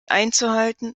einzuhalten